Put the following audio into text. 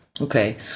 Okay